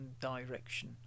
direction